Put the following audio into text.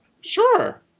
Sure